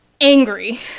angry